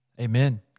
amen